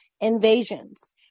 invasions